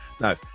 No